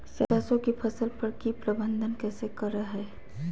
सरसों की फसल पर की प्रबंधन कैसे करें हैय?